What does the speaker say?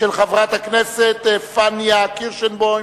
של חברת הכנסת פניה קירשנבאום.